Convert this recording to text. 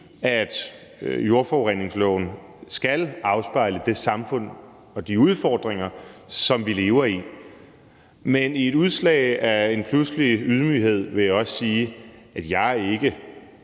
at jordforureningsloven skal afspejle det samfund og de udfordringer, som vi lever i. Men i et udslag af pludselig ydmyghed vil jeg også sige, at jeg ikke